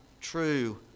true